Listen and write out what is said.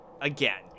again